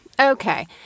Okay